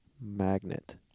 magnet